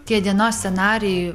tie dienos scenarijai